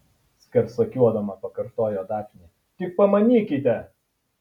skersakiuodama pakartojo dafnė tik pamanykite